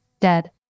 dead